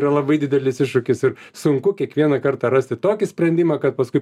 yra labai didelis iššūkis ir sunku kiekvieną kartą rasti tokį sprendimą kad paskui